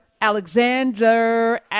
Alexander